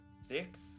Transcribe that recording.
Six